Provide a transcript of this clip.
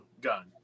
gun